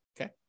okay